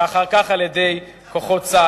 ואחר כך על-ידי כוחות צה"ל.